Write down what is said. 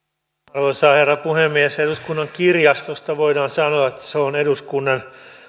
arvoisa herra puhemies eduskunnan kirjastosta voidaan sanoa että se on eduskunnan